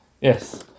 Yes